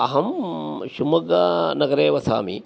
अहं शिवमोग्गानगरे वसामि